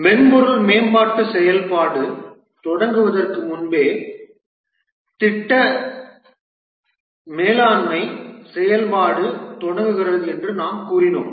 மென்பொருள் மேம்பாட்டு செயல்பாடு தொடங்குவதற்கு முன்பே திட்ட மேலாண்மை செயல்பாடு தொடங்குகிறது என்று நாம் கூறினோம்